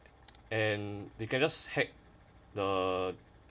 and they can just heck the